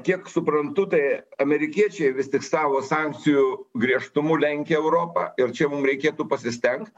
kiek suprantu tai amerikiečiai vis tik savo sankcijų griežtumu lenkia europą ir čia mum reikėtų pasistengt